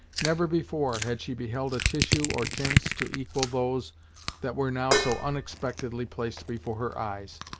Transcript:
never before had she beheld a tissue, or tints, to equal those that were now so unexpectedly placed before her eyes.